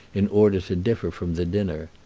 in order to differ from the dinner.